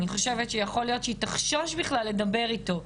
אני חושבת שיכול להיות שהיא תחשוש בכלל לדבר איתו,